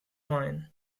wine